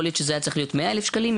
יכול להיות שזה היה צריך 100,000 שקלים,